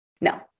No